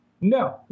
no